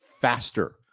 faster